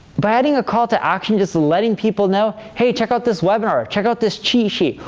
by adding a call to action, just letting people know, hey. check out this webinar. ah check out this cheat sheet,